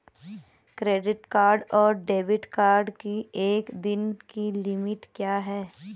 Credit card और debit card की एक दिन की लिमिट क्या है?